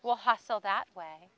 will hustle that way